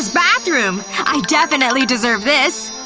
bathroom! i definitely deserve this